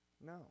No